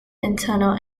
internal